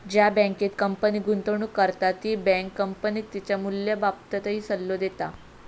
ज्या बँकेत कंपनी गुंतवणूक करता ती बँक कंपनीक तिच्या मूल्याबाबतही सल्लो देता